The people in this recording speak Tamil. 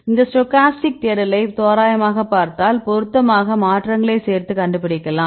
இந்த ஸ்டோக்காஸ்டிக் தேடலை தோராயமாகப் பார்த்தால் பொருத்தமாக மாற்றங்களைச் சேர்த்து கண்டுபிடிக்கலாம்